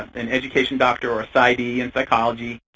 an education doctor or psy d. in psychology,